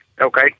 okay